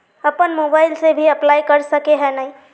अपन मोबाईल से भी अप्लाई कर सके है नय?